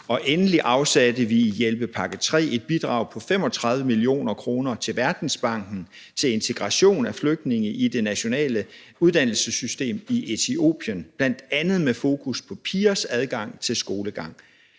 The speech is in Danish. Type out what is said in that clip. Endelig afsatte vi i hjælpepakke III et bidrag på 35 mio. kr. til Verdensbanken til integration af flygtninge i det nationale uddannelsessystem i Etiopien, bl.a. med fokus på pigers adgang til skolegang.